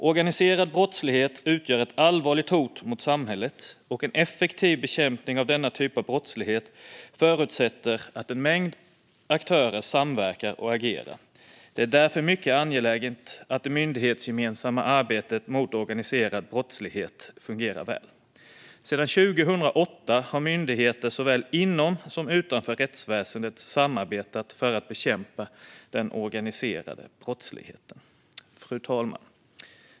Organiserad brottslighet utgör ett allvarligt hot mot samhället, och en effektiv bekämpning av denna typ av brottslighet förutsätter att en mängd aktörer samverkar och agerar. Det är därför mycket angeläget att det myndighetsgemensamma arbetet mot organiserad brottslighet fungerar väl. Sedan 2008 har myndigheter såväl inom som utanför rättsväsendet samarbetat för att bekämpa den organiserade brottsligheten. Fru talman!